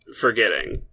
forgetting